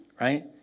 right